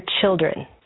children